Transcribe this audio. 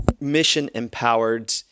mission-empowered